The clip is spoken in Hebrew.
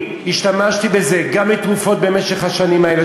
השתמשתי בזה גם לתרופות במשך השנים האלה,